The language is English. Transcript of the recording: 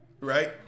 right